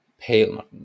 pale